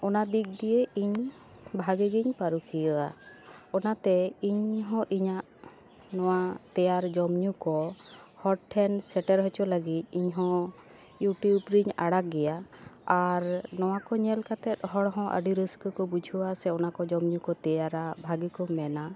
ᱚᱱᱟ ᱫᱤᱠ ᱫᱤᱭᱮ ᱤᱧ ᱵᱷᱟᱜᱮ ᱜᱮᱧ ᱯᱟᱹᱨᱩᱠᱷᱤᱭᱟᱣᱟ ᱚᱱᱟᱛᱮ ᱤᱧᱦᱚᱸ ᱤᱧᱟᱹᱜ ᱱᱚᱣᱟ ᱛᱮᱭᱟᱨ ᱡᱚᱢᱼᱧᱩ ᱠᱚ ᱦᱚᱲ ᱴᱷᱮᱱ ᱥᱮᱴᱮᱨ ᱦᱚᱪᱚ ᱞᱟᱹᱜᱤᱫ ᱦᱚᱸ ᱤᱭᱩᱴᱤᱭᱩᱵᱽ ᱨᱮᱧ ᱟᱲᱟᱜ ᱜᱮᱭᱟ ᱟᱨ ᱱᱚᱣᱟ ᱠᱚ ᱧᱮᱞ ᱠᱟᱛᱮ ᱦᱚᱲ ᱦᱚᱸ ᱟᱹᱰᱤ ᱨᱟᱹᱥᱠᱟᱹ ᱠᱚ ᱵᱩᱡᱷᱟᱹᱣᱟ ᱥᱮ ᱚᱱᱟ ᱡᱚᱢᱼᱧᱩ ᱠᱚ ᱛᱮᱭᱟᱨᱟ ᱵᱷᱟᱜᱮ ᱠᱚ ᱢᱮᱱᱟ